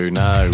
no